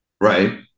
Right